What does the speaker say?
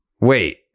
wait